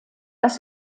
dass